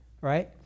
right